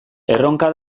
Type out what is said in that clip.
erronka